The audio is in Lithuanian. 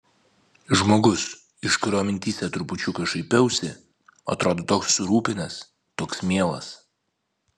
žmogus iš kurio mintyse trupučiuką šaipiausi atrodo toks susirūpinęs toks mielas